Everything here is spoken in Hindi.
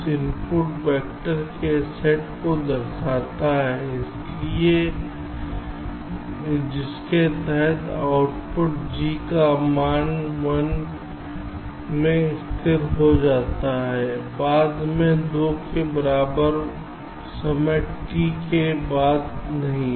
यह इनपुट वैक्टर के सेट को दर्शाता है जिसके तहत आउटपुट g एक मान 1 के लिए स्थिर हो जाता है बाद में 2 के बराबर समय t के बाद नहीं